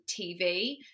tv